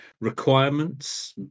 Requirements